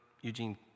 Eugene